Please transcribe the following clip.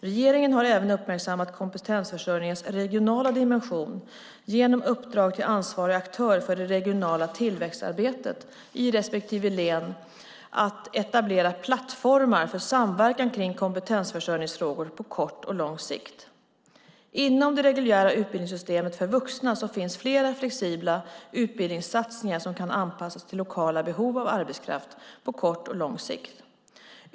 Regeringen har även uppmärksammat kompetensförsörjningens regionala dimension genom uppdrag till ansvarig aktör för det regionala tillväxtarbetet i respektive län att etablera plattformar för samverkan kring kompetensförsörjningsfrågor på kort och lång sikt. Inom det reguljära utbildningssystemet för vuxna finns flera flexibla utbildningssatsningar som kan anpassas till lokala behov av arbetskraft på kort och lång sikt.